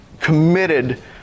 committed